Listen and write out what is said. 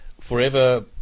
forever